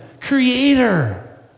creator